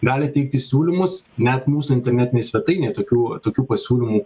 gali teikti siūlymus net mūsų internetinėj svetainėj tokių tokių pasiūlymų